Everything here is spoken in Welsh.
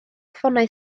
ffonau